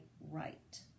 right